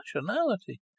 nationality